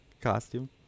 costume